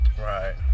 Right